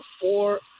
four